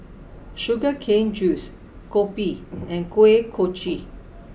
Sugar Cane Juice Kopi and Kuih Kochi